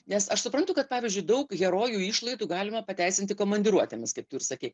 nes aš suprantu kad pavyzdžiui daug herojų išlaidų galima pateisinti komandiruotėmis kaip tu ir sakei